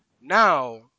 Now